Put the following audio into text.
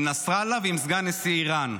עם נסראללה ועם סגן נשיא איראן.